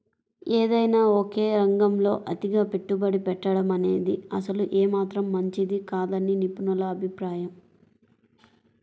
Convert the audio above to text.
ఏదైనా ఒకే రంగంలో అతిగా పెట్టుబడి పెట్టడమనేది అసలు ఏమాత్రం మంచిది కాదని నిపుణుల అభిప్రాయం